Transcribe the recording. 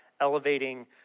elevating